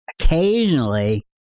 occasionally